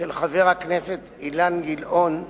של חבר הכנסת אילן גילאון,